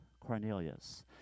Cornelius